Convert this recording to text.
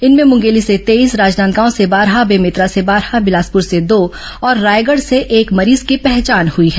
इनमें मुंगेली से तेईस राजनांदगांव से बारह बेमेतरा से बारह बिलासपुर से दो और रायगढ से एक मरीज की पहचान हुई हैं